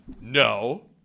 no